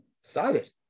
started